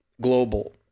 global